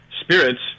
spirits